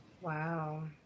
Wow